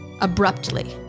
Abruptly